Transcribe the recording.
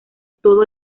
todo